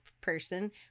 person